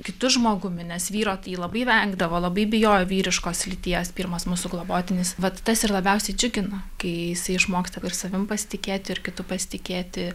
kitu žmogumi nes vyro tai labai vengdavo labai bijojo vyriškos lyties pirmas mūsų globotinis vat tas ir labiausiai džiugina kai jisai išmoksta savim pasitikėti ir kitu pasitikėti